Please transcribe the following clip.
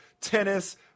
tennis